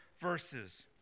verses